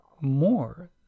more